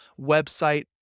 website